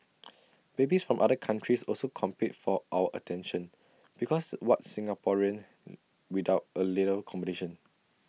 babies from other countries also compete for our attention because what's Singapore without A little competition